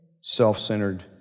self-centered